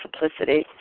simplicity